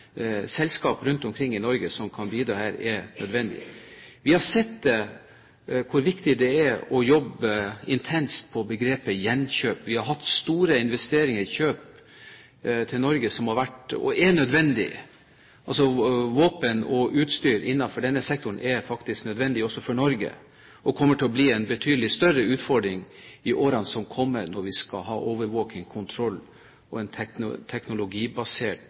rundt om i Norge, som kan bidra her, er nødvendig. Vi har sett hvor viktig det er å jobbe intenst på begrepet gjenkjøp. Vi har gjort store investeringer i kjøp til Norge, som har vært og er nødvendig – våpen og utstyr i denne sektoren er faktisk nødvendig også for Norge. Det kommer til å bli en betydelig større utfordring i årene som kommer, når vi skal ha overvåking og teknologibasert kontroll